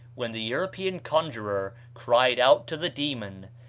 when the european conjurer cried out to the demon,